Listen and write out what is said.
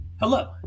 Hello